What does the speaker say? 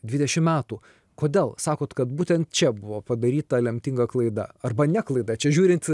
dvidešimt metų kodėl sakot kad būtent čia buvo padaryta lemtinga klaida arba ne klaida čia žiūrint